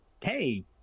hey